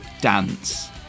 dance